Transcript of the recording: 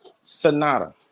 Sonata